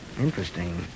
Interesting